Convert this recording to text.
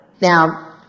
Now